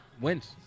wins